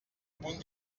punt